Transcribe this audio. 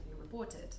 reported